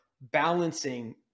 balancing